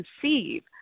conceive